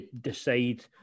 decide